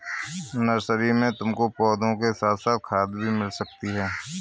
nursery में तुमको पौधों के साथ साथ खाद भी मिल सकती है